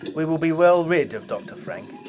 we will be well rid of dr. frank.